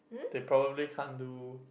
they probably can't do